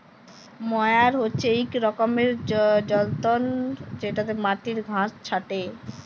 ময়ার হছে ইক রকমের যল্তর যেটতে মাটির ঘাঁস ছাঁটে